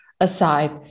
aside